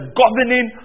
governing